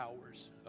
hours